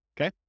Okay